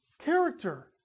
character